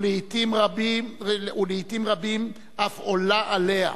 ולעתים אף עולה עליה.